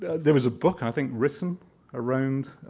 there was a book, i think, written around